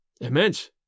Immense